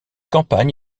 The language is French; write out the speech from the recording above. campagne